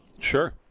Sure